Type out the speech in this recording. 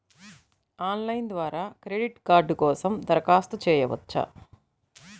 Online ద్వారా credit card కోసం దరఖాస్తు చేయవచ్చా?